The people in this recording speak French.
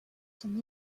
son